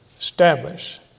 establish